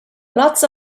lots